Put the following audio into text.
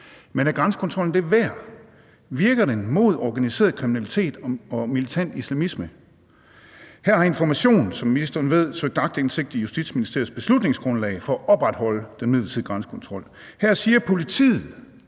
Men er grænsekontrollen det værd? Virker den mod organiseret kriminalitet og militant islamisme? Her har Information, som ministeren ved, søgt aktindsigt i Justitsministeriets beslutningsgrundlag for at opretholde den midlertidige grænsekontrol. Her siger politiet,